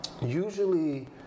usually